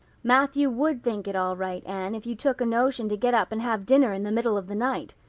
matthew would think it all right, anne, if you took a notion to get up and have dinner in the middle of the night.